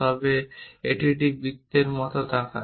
তবে এটি একটি বৃত্তের মতো দেখায়